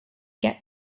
get